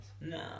No